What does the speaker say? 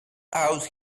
out